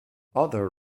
other